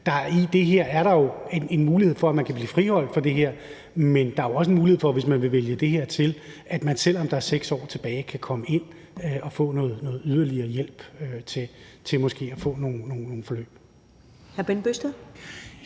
I det her er der jo en mulighed for, at man kan blive friholdt for det her, men hvis man vil vælge det her til, er der jo også en mulighed for, at man, selv om der er 6 år tilbage, kan komme ind og få noget yderligere hjælp til måske at få nogle forløb. Kl. 13:59 Første